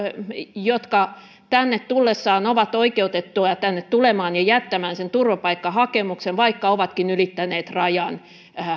jotka tänne tullessaan ovat oikeutettuja tänne tulemaan ja jättämään sen turvapaikkahakemuksen vaikka ovatkin ylittäneet rajan